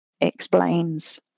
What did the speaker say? explains